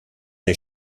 des